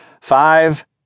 five